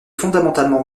fondamentalement